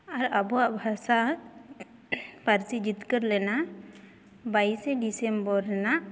ᱟᱨ ᱟᱵᱚᱣᱟᱜ ᱵᱷᱟᱥᱟ ᱯᱟᱹᱨᱥᱤ ᱡᱤᱛᱠᱟᱹᱨ ᱞᱮᱱᱟ ᱵᱟᱭᱤᱥᱮ ᱰᱤᱥᱮᱢᱵᱚᱨ ᱨᱮᱱᱟᱜ